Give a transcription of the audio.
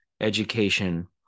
education